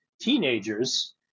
teenagers